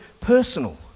personal